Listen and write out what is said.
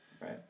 Right